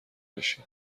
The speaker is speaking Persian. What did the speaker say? بشین